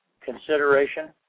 consideration